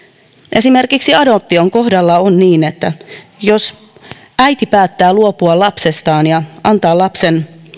esimerkiksi adoption kohdalla on niin että jos äiti päättää luopua lapsestaan ja antaa lapsen